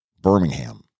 birmingham